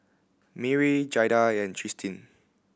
Merrie Jaida and Tristin